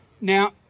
Now